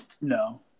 No